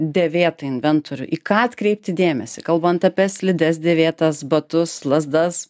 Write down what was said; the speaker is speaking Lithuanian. dėvėtą inventorių į ką atkreipti dėmesį kalbant apie slides dėvėtas batus lazdas